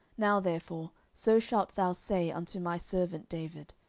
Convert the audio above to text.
now therefore so shalt thou say unto my servant david,